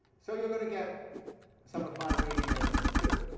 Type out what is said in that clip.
so you're going to get some of my reading in it, too.